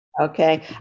Okay